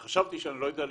חשבתי שאני לא יודע לשפוט,